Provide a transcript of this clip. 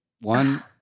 one